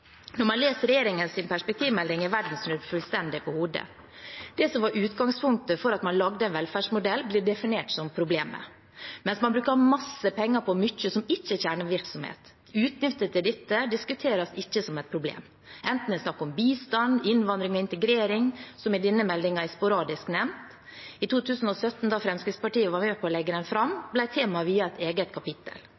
Når man leser regjeringens perspektivmelding, er verden snudd fullstendig på hodet. Det som var utgangspunktet for at man lagde en velferdsmodell, blir definert som problemet, mens man bruker masse penger på mye som ikke er kjernevirksomhet. Utgifter til dette diskuteres ikke som et problem, enten det er snakk om bistand, innvandring eller integrering, som i denne meldingen er sporadisk nevnt. I 2017, da Fremskrittspartiet var med på å legge den fram,